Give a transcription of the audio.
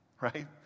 right